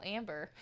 Amber